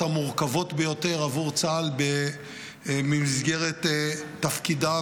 המורכבות ביותר עבור צה"ל במסגרת תפקידיו